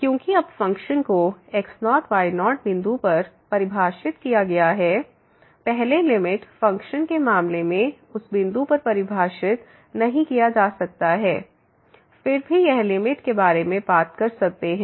क्योंकि अब फ़ंक्शन को x0y0 बिंदु पर परिभाषित किया गया है पहले लिमिट फ़ंक्शन के मामले में उस बिंदु पर परिभाषित नहीं किया जा सकता है फिर भी हम लिमिट के बारे में बात कर सकते हैं